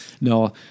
no